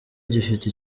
gifite